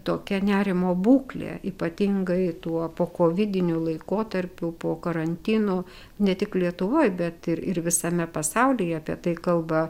tokia nerimo būklė ypatingai tuo pokovidiniu laikotarpiu po karantino ne tik lietuvoj bet ir ir visame pasaulyje apie tai kalba